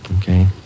Okay